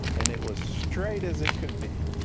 and it was straight as it could be.